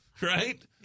Right